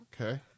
Okay